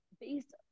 based